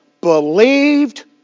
believed